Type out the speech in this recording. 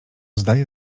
zdaje